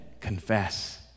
confess